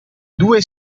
due